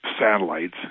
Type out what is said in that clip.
satellites